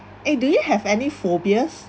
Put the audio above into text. eh do you have any phobias